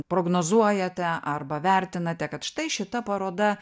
prognozuojate arba vertinate kad štai šita paroda